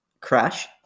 crash